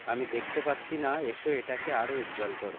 আমি দেখতে পাচ্ছি না এসো এটাকে আরও উজ্জ্বল কর